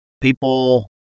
people